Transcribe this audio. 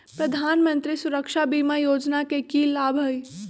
प्रधानमंत्री सुरक्षा बीमा योजना के की लाभ हई?